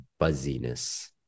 buzziness